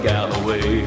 Galloway